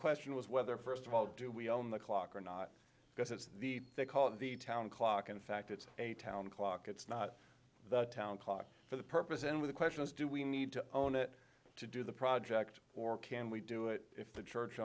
question was whether st of all do we own the clock or not because it's the they call the town clock in fact it's a town clock it's not the town clock for the purpose and with the question is do we need to own it to do the project or can we do it if the church